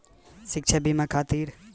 शिक्षा बीमा खातिर आवेदन करे म का का लागत बा?